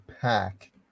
pack